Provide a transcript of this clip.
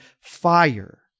fire